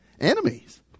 Enemies